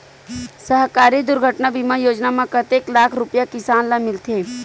सहकारी दुर्घटना बीमा योजना म कतेक लाख रुपिया किसान ल मिलथे?